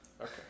Okay